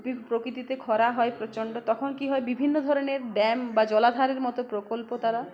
প্রকৃতিতে খরা হয় প্রচণ্ড তখন কি হয় বিভিন্ন ধরনের ড্যাম বা জলাধারের মতো প্রকল্প তারা